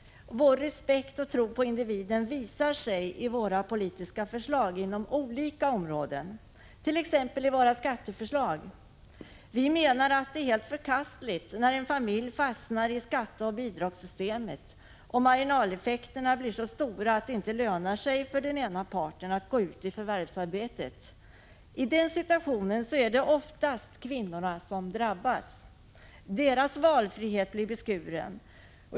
Vår respekt för och tro på individen visar sig i våra politiska förslag inom olika områden, t.ex. i våra skatteförslag. Vi menar att det är helt förkastligt när en familj fastnar i skatteoch bidragssystemet och marginaleffekterna blir så stora att det inte lönar sig för den ena parten att gå ut i förvärvsarbete. I den situationen är det oftast kvinnorna som drabbas. Deras valfrihet blir beskuren.